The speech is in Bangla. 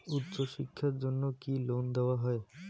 উচ্চশিক্ষার জন্য কি লোন দেওয়া হয়?